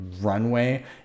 runway